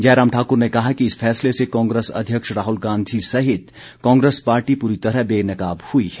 जयराम ठाक्र ने कहा कि इस फैसले से कांग्रेस अध्यक्ष राहुल गांधी सहित कांग्रेस पार्टी पूरी तरह बेनकाब हुई है